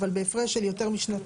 אבל בהפרש של יותר משנתיים.